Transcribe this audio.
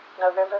November